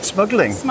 Smuggling